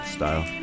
style